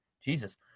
Jesus